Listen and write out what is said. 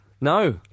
No